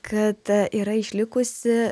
kad yra išlikusi